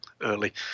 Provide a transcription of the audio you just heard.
early